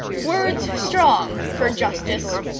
words strong for justice,